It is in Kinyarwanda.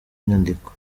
nyandiko